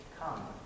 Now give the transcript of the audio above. come